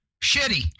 Shitty